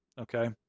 Okay